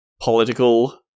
political